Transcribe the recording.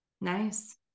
Nice